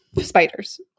spiders